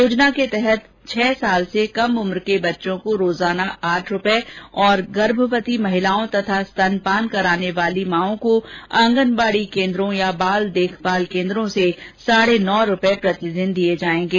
योजना के तहत छह साल से कम उम्र के बच्चों को रोजाना आठ रूपए और गर्भवती महिलाओं तथा स्तनपान कराने वाली मांओं को आंगनवाड़ी केन्द्रों या बाल देखभाल केन्द्रों से साढे नौ रूपए प्रतिदिन दिए जाएंगे